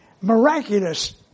Miraculous